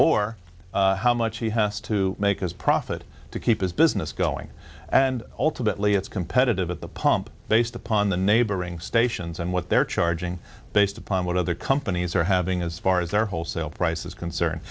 or how much he has to make his profit to keep his business going and ultimately it's competitive at the pump based upon the neighboring stations and what they're charging based upon what other companies are having as far as their wholesale price is concern